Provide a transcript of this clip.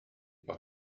par